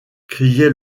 criait